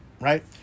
right